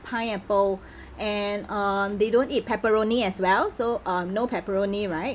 pineapple and um they don't eat pepperoni as well so uh no pepperoni right